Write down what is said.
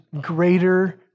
greater